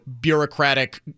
bureaucratic